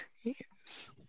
Yes